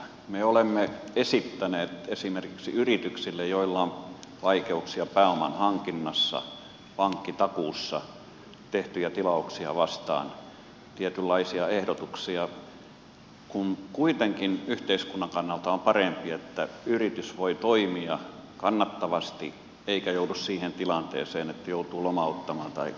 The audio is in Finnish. me olemme esittäneet esimerkiksi yrityksille joilla on vaikeuksia pääoman hankinnassa pankkitakuussa tehtyjä tilauksia vastaan tietynlaisia ehdotuksia kun kuitenkin yhteiskunnan kannalta on parempi että yritys voi toimia kannattavasti eikä joudu siihen tilanteeseen että joutuu lomauttamaan tai irtisanomaan työntekijät